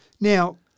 Now